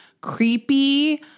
creepy